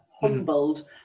humbled